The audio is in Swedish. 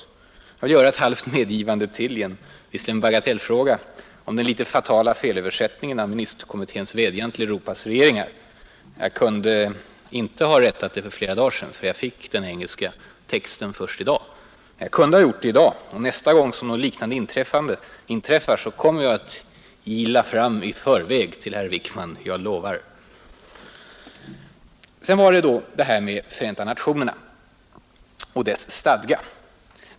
Jag vill göra ytterligare ett halvt medgivande, även om det gäller en bagatellfråga, nämligen beträffande den litet fatala felöversättningen av ministerkommitténs vädjan till Europas regeringar. Jag kunde inte ha rättat detta för flera dagar sedan, eftersom jag fick den engelska texten först i dag, Jag kunde däremot ha gjort det i dag, Nästa gång som något liknande inträffar kommer jag att ila fram i förväg till herr Wickman — jag lovar! Sedan var det frågan om Förenta nationernas stadga.